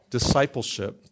Discipleship